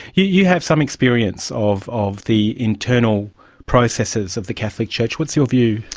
you have some experience of of the internal processes of the catholic church. what's your view?